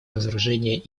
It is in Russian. разоружения